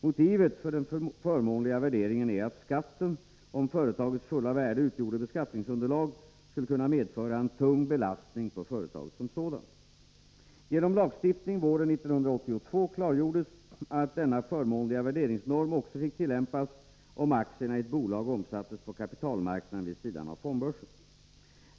Motivet för den förmånliga värderingen är att skatten — om företagets fulla värde utgjorde beskattningsunderlag — skulle kunna medföra en tung belastning på företaget som sådant. Genom lagstiftning våren 1982 klargjordes att denna förmånliga värderingsnorm också fick tillämpas om aktierna i ett bolag omsätts på kapitalmarknaden vid sidan av fondbörsen.